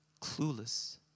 clueless